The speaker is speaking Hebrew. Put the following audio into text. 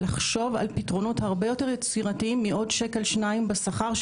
ולחשוב על פתרונות הרבה יותר יצירתיים מאשר עוד שקל אחד או שניים בשכר,